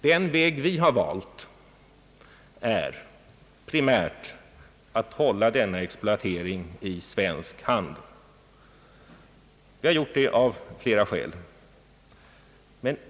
Den väg vi har valt är primärt att hålla denna exploatering i svensk hand. Vi har gjort det av flera skäl.